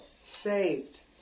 saved